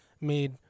made